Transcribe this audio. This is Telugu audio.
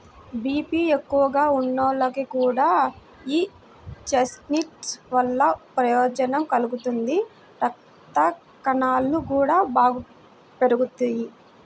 బీపీ ఎక్కువగా ఉన్నోళ్లకి కూడా యీ చెస్ట్నట్స్ వల్ల ప్రయోజనం కలుగుతుంది, రక్తకణాలు గూడా బాగా పెరుగుతియ్యి